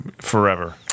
forever